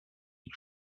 die